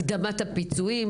הקדמת הפיצויים.